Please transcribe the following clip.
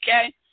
okay